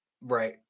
right